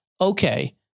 Okay